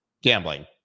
gambling